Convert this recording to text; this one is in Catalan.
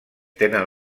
tenen